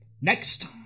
Next